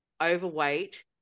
overweight